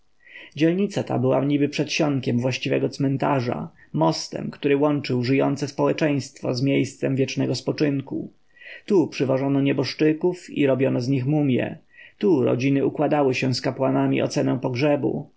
dzielnica ta była niby przedsionkiem właściwego cmentarza mostem który łączył żyjące społeczeństwo z miejscem wiecznego spoczynku tu przywożono nieboszczyków i robiono z nich mumje tu rodziny układały się z kapłanami o cenę pogrzebu